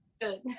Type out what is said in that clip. good